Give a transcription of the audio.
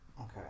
Okay